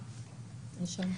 בבקשה.